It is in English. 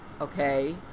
okay